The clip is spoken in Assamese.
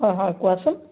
হয় হয় কোৱাচোন